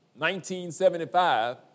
1975